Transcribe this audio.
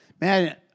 man